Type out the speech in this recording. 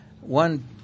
One